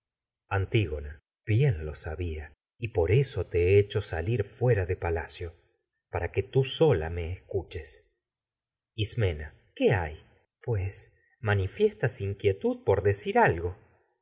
antígona fuera de bien lo sabía que y por eso te he hecho salir palacio para tú sola me escuches por ismena decir qué hay pues manifiestas inquietud algo